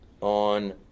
on